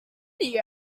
many